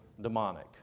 demonic